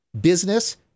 business